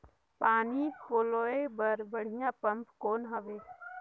पानी पलोय बर बढ़िया पम्प कौन हवय?